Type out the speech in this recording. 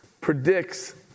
predicts